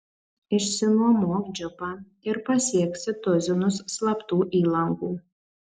išsinuomok džipą ir pasieksi tuzinus slaptų įlankų